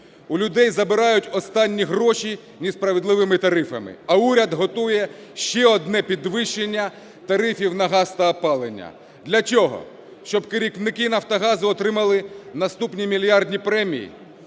У людей забирають останні гроші несправедливими тарифами, а уряд готує ще одне підвищення тарифів на газ та опалення. Для чого? Щоб керівники "Нафтогазу" отримали наступні мільярдні премії?